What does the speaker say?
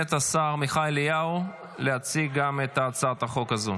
השר עמיחי אליהו להציג גם את הצעת החוק הזו,